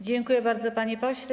Dziękuję bardzo, panie pośle.